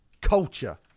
culture